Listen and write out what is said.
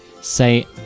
Say